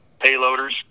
payloaders